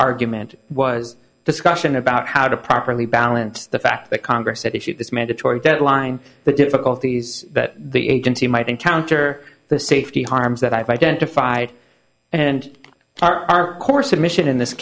argument was discussion about how to properly balance the fact that congress had issued this mandatory deadline the difficulties that the agency might encounter the safety harms that i've identified and our core submission in this